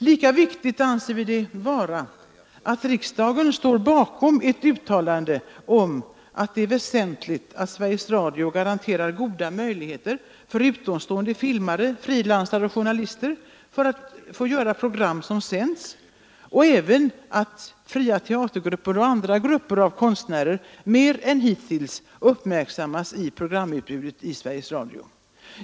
Lika viktigt anser vi det vara att riksdagen står bakom ett uttalande om att det är väsentligt att Sveriges Radio garanterar goda möjligheter för utomstående filmare, frilansare och journalister m.fl. att få göra program som sänds och att även de fria teatergrupperna och andra grupper av konstnärer mer än hittills uppmärksammas i programutbudet i Sveriges Radio.